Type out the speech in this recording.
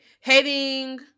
hating